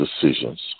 decisions